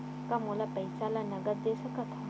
का मोला पईसा ला नगद दे सकत हव?